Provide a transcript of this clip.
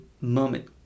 moment